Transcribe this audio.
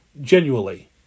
genuinely